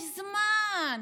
יש זמן.